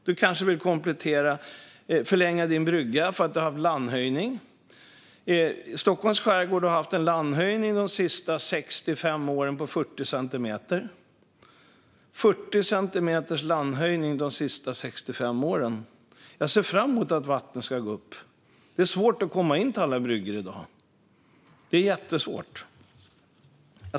Man kanske vill förlänga bryggan eftersom det har varit en landhöjning. Stockholms skärgård har haft en landhöjning de senaste 65 åren på 40 centimeter. Jag ser fram emot att vattnet ska gå upp eftersom det är svårt att komma in till alla bryggor i dag.